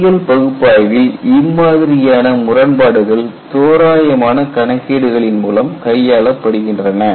பொறியியல் பகுப்பாய்வில் இம்மாதிரியான முரண்பாடுகள் தோராய கணக்கீடுகளின் மூலம் கையாளப்படுகின்றன